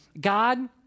God